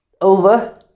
Over